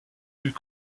eut